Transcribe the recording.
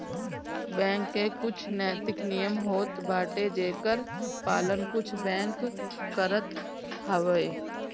bank के कुछ नैतिक नियम होत बाटे जेकर पालन कुछ बैंक करत हवअ